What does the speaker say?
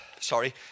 sorry